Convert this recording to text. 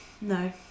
no